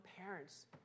parents